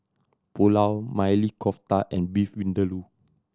Pulao Maili Kofta and Beef Vindaloo